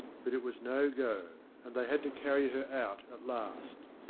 but it was no go and they had to carry her out at last.